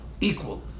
equal